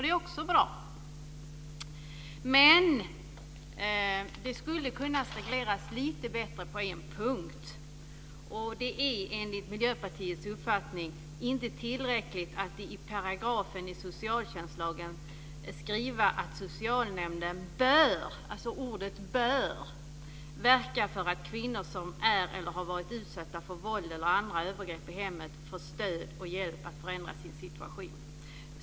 Det är också bra. Men det skulle kunna regleras lite bättre på en punkt. Det är enligt Miljöpartiets uppfattning inte tillräckligt att i paragrafen i socialtjänstlagen skriva att socialnämnden "bör" - alltså ordet "bör" - verka för att kvinnor som är eller har varit utsatta för våld och andra övergrepp i hemmet får stöd och hjälp att förändra sin situation.